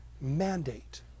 mandate